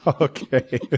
Okay